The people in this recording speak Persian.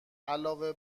علاوه